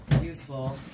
useful